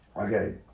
okay